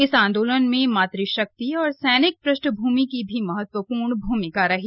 इस आन्दोलन में मातृशक्ति और सैनिक पृष्ठभूमि की भी महत्वपूर्ण भूमिका रही